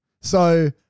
So-